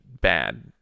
bad